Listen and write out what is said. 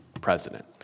president